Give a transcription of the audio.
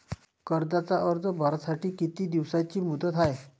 कर्जाचा अर्ज भरासाठी किती दिसाची मुदत हाय?